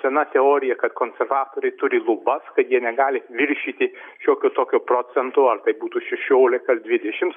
sena teorija kad konservatoriai turi lubas kad jie negali viršyti šiokio tokio procento ar būtų šešiolika ar dvidešims